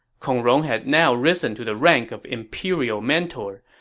kong rong had now risen to the rank of imperial mentor,